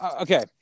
Okay